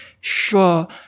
Sure